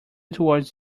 towards